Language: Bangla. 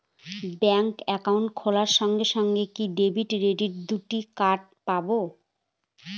ব্যাংক অ্যাকাউন্ট খোলার সঙ্গে সঙ্গে কি ডেবিট ক্রেডিট দুটো কার্ড পাবো?